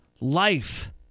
life